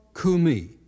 kumi